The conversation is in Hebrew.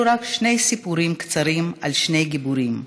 אלו רק שני סיפורים קצרים על שני גיבורים,